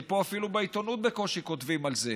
כי פה אפילו בעיתונות בקושי כותבים על זה,